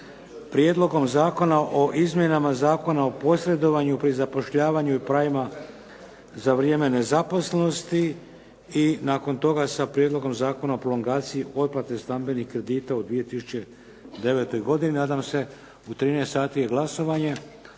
Prijedlogom zakona o izmjenama Zakona o posredovanju pri zapošljavanju i pravima za vrijeme nezaposlenosti i nakon toga sa Prijedlogom Zakona o prolongaciji otplate stambenih kredita u 2009. godini. Nadam se u 13,00 sati je glasovanje.